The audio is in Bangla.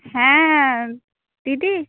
হ্যাঁ দিদি